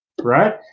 right